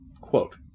Quote